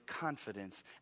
confidence